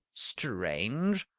strange!